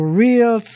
real